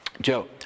Joe